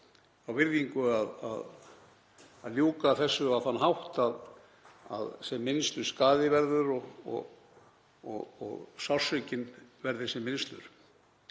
þá virðingu að ljúka þessu á þann hátt að sem minnstur skaði verði og sársaukinn verði sem minnstur.